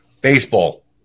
baseball